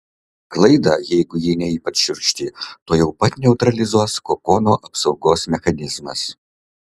klaidą jeigu ji ne ypač šiurkšti tuojau pat neutralizuos kokono apsaugos mechanizmas